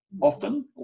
often